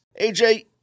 AJ